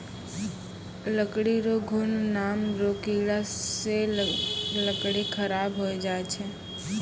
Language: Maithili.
लकड़ी रो घुन नाम रो कीड़ा से लकड़ी खराब होय जाय छै